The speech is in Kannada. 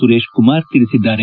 ಸುರೇಶ್ ಕುಮಾರ್ ತಿಳಿಸಿದ್ದಾರೆ